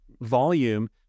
volume